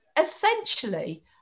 essentially